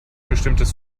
bestimmtes